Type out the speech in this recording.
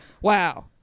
wow